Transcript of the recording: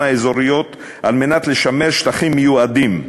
האזוריות על מנת לשמר שטחים מיועדים,